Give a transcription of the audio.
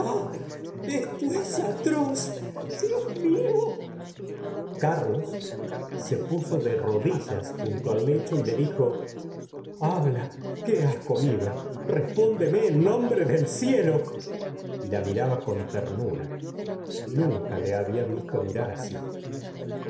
esto es atroz dios mío carlos se puso de rodillas junto al lecho y le dijo habla qué has comido respóndeme en nombre del cielo y la miraba con ternura nunca le babia visto mirar asi